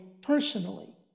personally